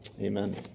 Amen